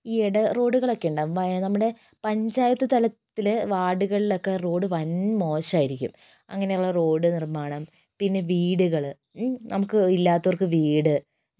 ഈ ഇട റോഡുകളൊക്കെ ഉണ്ടാവും നമ്മുടെ പഞ്ചായത്ത് തലത്തിൽ വാഡുകളിലൊക്കെ റോഡ് വൻ മോശമായിരിക്കും അങ്ങനെയുള്ള റോഡ് നിർമ്മാണം പിന്നെ വീടുകൾ നമുക്ക് ഇല്ലാത്തവർക്ക് വീട്